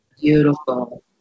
Beautiful